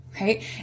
Right